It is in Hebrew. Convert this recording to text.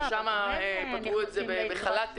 שם פתרו את זה בחל"תים.